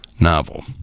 novel